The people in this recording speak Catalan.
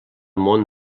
món